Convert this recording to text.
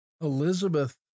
Elizabeth